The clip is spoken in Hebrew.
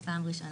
זו פעם ראשונה.